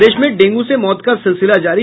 प्रदेश में डेंगू से मौत का सिलसिल जारी